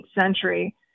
century